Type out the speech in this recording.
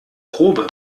probe